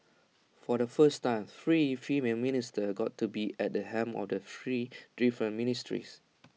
for the first time three female ministers got to be at the helm of the three different ministries